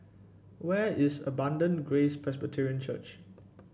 where is Abundant Grace Presbyterian Church